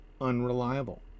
unreliable